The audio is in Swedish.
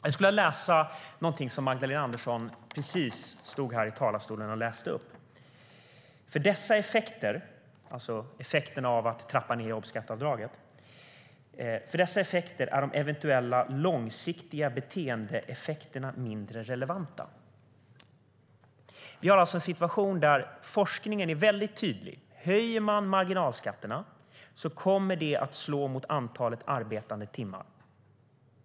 Jag skulle vilja läsa upp någonting som Magdalena Andersson precis läste upp här i talarstolen angående effekterna av att trappa av jobbskatteavdraget: "För dessa effekter är eventuella långsiktiga beteendeeffekter mindre relevanta." Vi har alltså en situation där forskningen är väldigt tydlig: Höjer man marginalskatterna kommer det att slå mot antalet arbetade timmar.